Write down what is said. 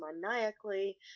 maniacally